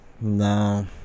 No